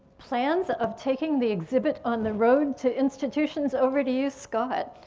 plans of taking the exhibit on the road to institutions over to you scott.